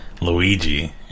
Luigi